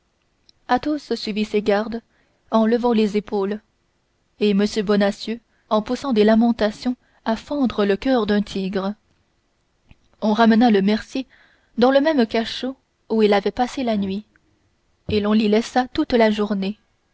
entendez athos suivit ses gardes en levant les épaules et m bonacieux en poussant des lamentations à fendre le coeur d'un tigre on ramena le mercier dans le même cachot où il avait passé la nuit et l'on l'y laissa toute la journée